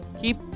keep